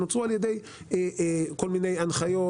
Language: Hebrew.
הם נוצרו על ידי כל מיני הנחיות,